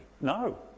No